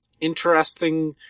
interesting